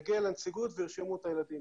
הוא יגיע לנציגות וירשמו את הילדים.